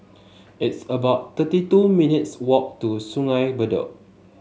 it's about thirty two minutes' walk to Sungei Bedok